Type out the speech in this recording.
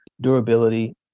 durability